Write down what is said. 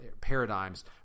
paradigms